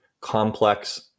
complex